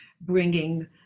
bringing